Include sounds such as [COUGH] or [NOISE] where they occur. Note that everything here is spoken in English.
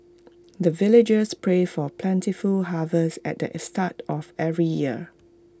[NOISE] the villagers pray for plentiful harvest at the start of every year